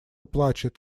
плачет